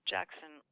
Jackson